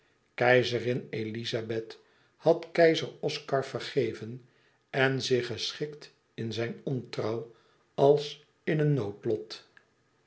keizerin elizabeth had keizer oscar vergeven en zich geschikt in zijn ontrouw als in een noodlot